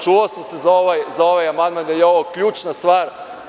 Čuvao sam se za ovaj amandman, jer je ovo ključna stvar.